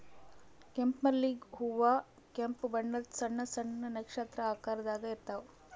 ಕೆಂಪ್ ಮಲ್ಲಿಗ್ ಹೂವಾ ಕೆಂಪ್ ಬಣ್ಣದ್ ಸಣ್ಣ್ ಸಣ್ಣು ನಕ್ಷತ್ರ ಆಕಾರದಾಗ್ ಇರ್ತವ್